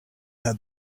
had